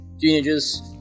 teenagers